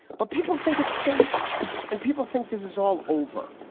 but people think it's safe and people think this is all over.